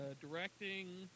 Directing